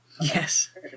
Yes